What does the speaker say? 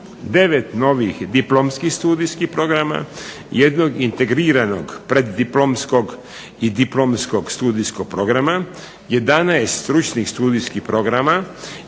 9 novih diplomskih studijskih programa, 1 integriranog preddiplomskog i diplomskog studijskog programa, 11 stručnih studijskih programa